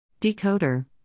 Decoder